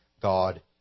God